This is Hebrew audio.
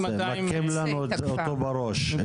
תמקם לנו אותו בראש.